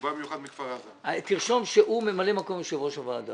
אני מנהל הקהילה של כפר עזה ושל קיבוץ גבים.